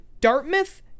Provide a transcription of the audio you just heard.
Dartmouth